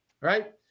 right